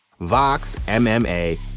VOXMMA